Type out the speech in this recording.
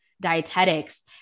dietetics